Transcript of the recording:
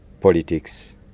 politics